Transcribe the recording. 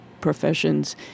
professions